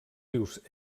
rius